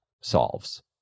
solves